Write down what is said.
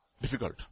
difficult